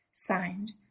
Signed